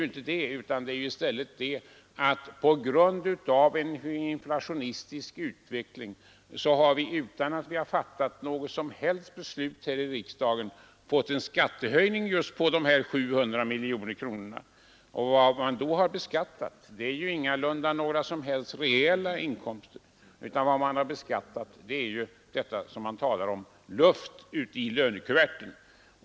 Vi har i stället på grund av en inflationistisk utveckling, utan att ha fattat något som helst beslut här i riksdagen, fått en skattehöjning med just dessa 700 miljoner kronor. Denna skattehöjning har ingalunda gjorts på några reella inkomster utan — som det så ofta har talats om — tagits på bara luft i lönekuverten.